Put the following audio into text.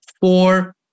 four